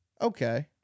okay